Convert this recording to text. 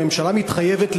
הממשלה מתחייבת,